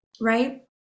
right